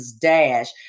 Dash